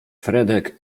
fredek